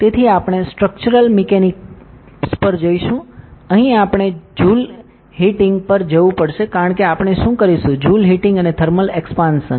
તેથી આપણે structural mechanics પર જઈશું અહીં આપણે જૂલ હીટિંગ પર જવું પડશે કારણ કે આપણે શું કરીશું જુલ હીટિંગ અને થર્મલ એક્સપાંશન